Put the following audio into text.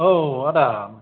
औ आदा